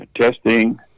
Testing